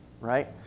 right